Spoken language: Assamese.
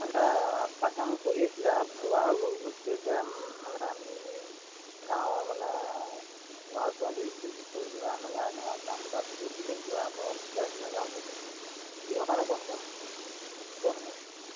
মানে ৰাস্তা কাম কৰি আছিলে আধৰুৱা হৈ গ'ল গতিকে এতিয়া মানে আমি গাঁৱৰ মানে ল'ৰা ছোৱালী স্কুল চিস্কুল যোৱা মেলা এনেকুৱা কাম কাজ কৰিবলৈ যোৱা বৰ অসুবিধা নহয় যাওঁতে কিহৰ কাৰণে বন্ধ হ'ল বন হ'ল